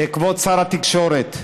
כבוד שר התקשורת,